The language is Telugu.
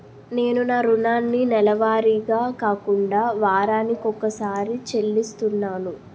నేను నా రుణాన్ని నెలవారీగా కాకుండా వారాని కొక్కసారి చెల్లిస్తున్నాను